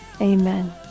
Amen